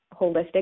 holistic